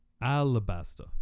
alabaster